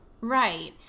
Right